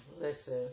listen